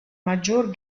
maggior